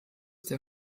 der